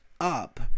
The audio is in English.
up